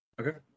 Okay